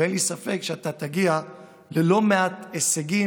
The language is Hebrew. אין לי ספק שאתה תגיע ללא מעט הישגים